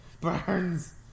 Burns